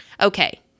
Okay